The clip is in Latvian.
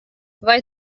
vai